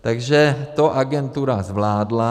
Takže to agentura zvládla.